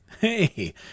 hey